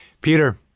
Peter